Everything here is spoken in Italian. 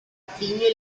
plinio